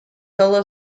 solo